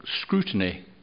scrutiny